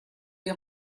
les